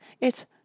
It's—